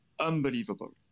unbelievable